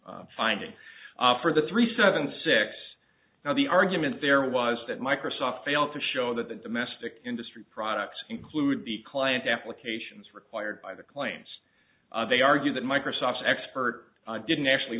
y finding for the three seven six now the argument there was that microsoft failed to show that the domestic industry products include the client applications required by the claims they argue that microsoft's expert didn't actually